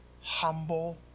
humble